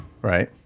Right